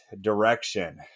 direction